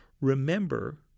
remember